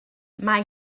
mae